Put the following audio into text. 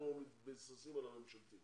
אנחנו מתבססים על הצעת החוק הממשלתית